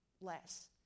less